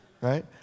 right